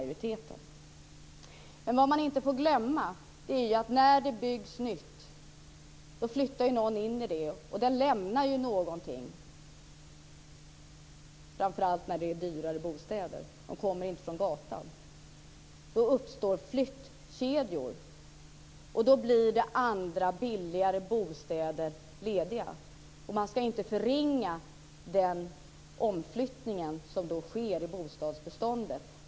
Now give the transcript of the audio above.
Man får inte glömma att när det byggs nytt flyttar någon in i det, och den lämnar någonting. De kommer inte från gatan. Då uppstår flyttkedjor som gör att andra billigare bostäder blir lediga. Man ska inte förringa den omflyttning som då sker i bostadsbeståndet.